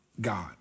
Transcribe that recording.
God